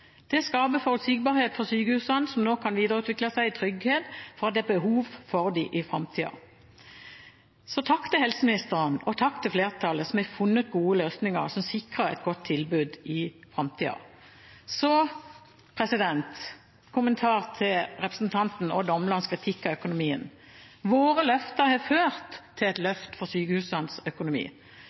Det skaper forutsigbarhet for sykehusene som nå kan videreutvikle seg i trygghet om at det er behov for dem i framtida. Takk til helseministeren og til flertallet som har funnet gode løsninger som sikrer et godt tilbud i framtida. Så en kommentar til representanten Odd Omlands kritikk av økonomien: Våre løfter har ført til et løft for sykehusenes økonomi.